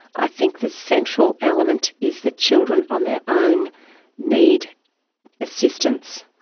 i think the central element is that children on their own need assistance.